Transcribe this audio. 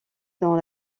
dans